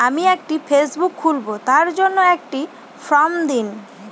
আমি একটি ফেসবুক খুলব তার জন্য একটি ফ্রম দিন?